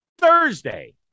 Thursday